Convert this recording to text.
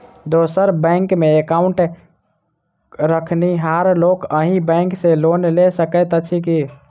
दोसर बैंकमे एकाउन्ट रखनिहार लोक अहि बैंक सँ लोन लऽ सकैत अछि की?